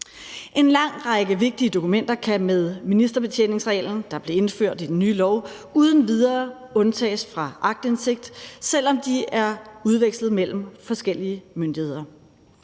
En lang række vigtige dokumenter kan med ministerbetjeningsreglen, der blev indført med den nye lov, uden videre undtages fra aktindsigt, selv om de er udvekslet mellem forskellige myndigheder.